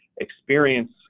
Experience